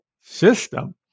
system